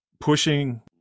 pushing